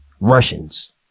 russians